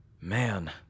Man